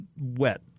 wet